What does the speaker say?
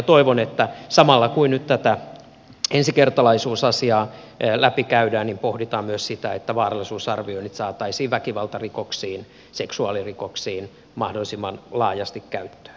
toivon että samalla kun nyt tätä ensikertalaisuusasiaa läpikäydään pohditaan myös sitä että vaarallisuusarvioinnit saataisiin väkivaltarikoksiin ja seksuaalirikoksiin mahdollisimman laajasti käyttöön